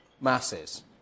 masses